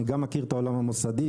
אני גם מכיר את העולם המוסדי,